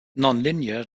nonlinear